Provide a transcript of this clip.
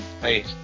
hey